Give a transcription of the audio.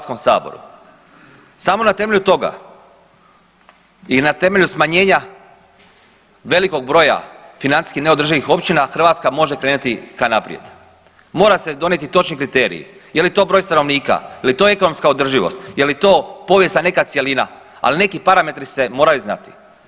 Samo na temelju toga i na temelju smanjenja velikog broja financijski neodrživih općina Hrvatska može krenuti ka naprijed, mora se donijeti točni kriteriji, je li to broj stanovnika, je li to ekonomska održivost, je li to povijesna neka cjelina, ali neki parametri se moraju znati.